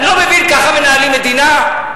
אני לא מבין, ככה מנהלים מדינה?